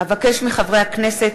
אבקש מחברי הכנסת,